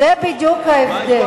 זה בדיוק ההבדל.